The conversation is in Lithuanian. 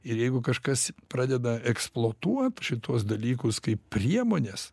ir jeigu kažkas pradeda eksploatuot šituos dalykus kaip priemones